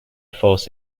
force